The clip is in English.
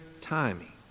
timing